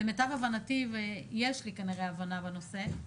למיטב הבנתי ויש לי כנראה בנושא,